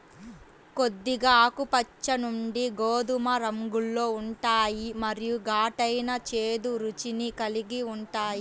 కొద్దిగా ఆకుపచ్చ నుండి గోధుమ రంగులో ఉంటాయి మరియు ఘాటైన, చేదు రుచిని కలిగి ఉంటాయి